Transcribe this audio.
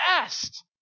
best